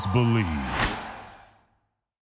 Believe